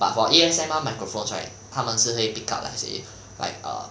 but for A_S_M_R microphones right 他们是会 pick up like say like err